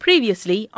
Previously